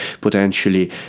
potentially